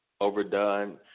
overdone